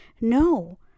No